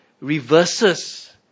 reverses